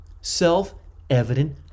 self-evident